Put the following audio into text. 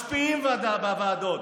משפיעים בוועדות,